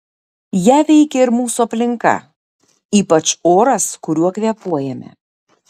ją veikia ir mūsų aplinka ypač oras kuriuo kvėpuojame